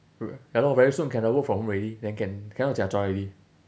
ya lor very soon cannot work from home already then can~ cannot jiak zhua already